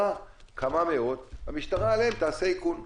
שהשיטה תהיה כך שאתם תעבירו את ה-300 או 400 איש,